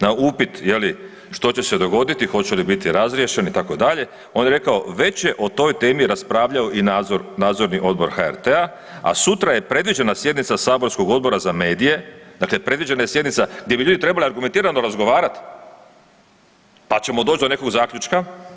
Na upit je li što će se dogoditi hoće li biti razriješen itd., on je rekao već je o temi raspravljao i nadzorni odbor HRT-a, a sutra je predviđena sjednica saborskog Odbora za medije, dakle predviđena je sjednica gdje bi ljudi trebali argumentirano razgovarati pa ćemo doći do nekog zaključka.